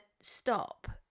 stop